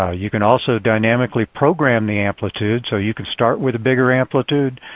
ah you can also dynamically program the amplitude. so you can start with a bigger amplitude,